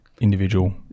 individual